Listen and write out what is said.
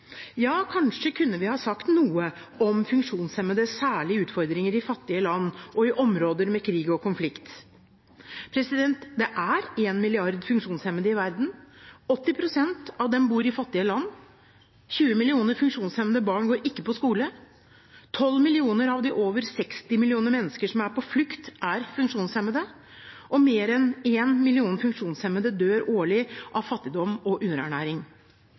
Ja, kanskje kunne vi ha sagt noe om funksjonshemmedes særlige utfordringer i fattige land, og i områder med krig og konflikt. Det er en milliard funksjonshemmede i verden, og 80 pst. av dem bor i fattige land. 20 millioner funksjonshemmede barn går ikke på skole, 12 millioner av de over 60 millioner mennesker som er på flukt, er funksjonshemmede, og mer enn en million funksjonshemmede dør årlig av fattigdom og underernæring.